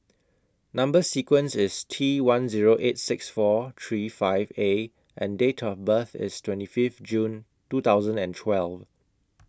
Number sequence IS T one Zero eight six four three five A and Date of birth IS twenty five June two thousand and twelve